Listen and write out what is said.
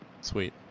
Sweet